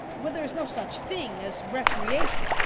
where there is no such things as recreation,